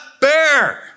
bear